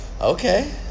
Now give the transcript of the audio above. okay